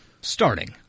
starting